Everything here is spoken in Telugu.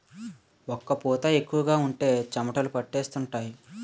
ఒక్క పూత ఎక్కువగా ఉంటే చెమటలు పట్టేస్తుంటాయి